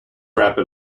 rapid